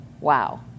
Wow